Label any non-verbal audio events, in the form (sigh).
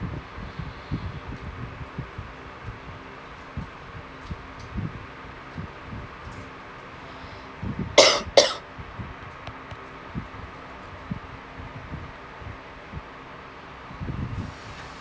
(coughs)